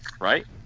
right